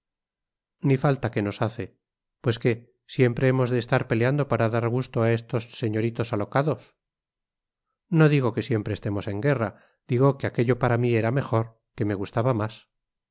ni falta que nos hace pues qué siempre hemos de estar peleando para dar gusto a estos señoritos alocados no digo que siempre estemos en guerra digo que aquello para mí era mejor que me gustaba más